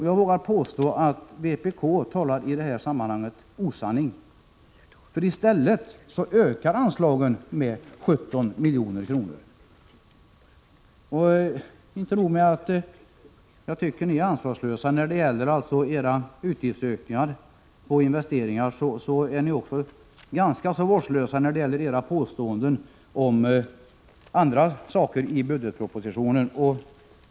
Jag vågar påstå att vpk här talar osanning. I stället ökar anslagen med 17 milj.kr. Men det är inte nog med att ni i vpk är ansvarslösa när det gäller era utgiftsökningar beträffande investeringar. Ni är också ganska vårdslösa när det gäller era påståenden om annat i budgetpropositionen.